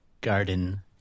garden